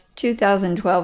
2012